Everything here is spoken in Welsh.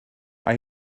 mae